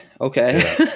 okay